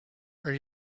are